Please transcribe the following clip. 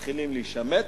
מתחילים להישמט,